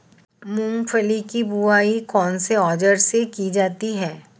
मूंगफली की बुआई कौनसे औज़ार से की जाती है?